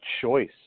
choice